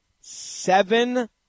seven